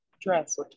dress